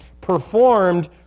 performed